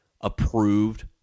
approved